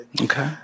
Okay